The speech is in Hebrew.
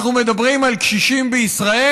אנחנו מדברים על קשישים בישראל.